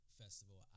festival